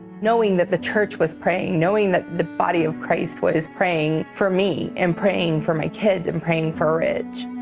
knowing that the church was praying, knowing that the body of christ was praying for me, and praying for my kids, and praying for rich.